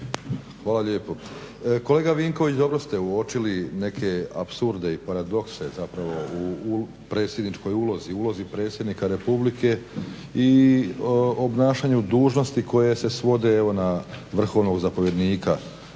Hvala lijepo. Kolega Vinković, dobro ste uočili neke apsurde i paradokse zapravo u predsjedničkoj ulozi, u ulozi Predsjednika Republike i obnašanju dužnosti koje se svode evo na vrhovnog zapovjednika Hrvatske